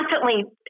constantly